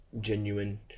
genuine